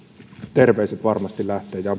terveiset varmasti lähtevät ja